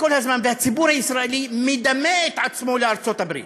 הציבור הישראלי מדמה את עצמו לארצות הברית,